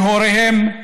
מהוריהם,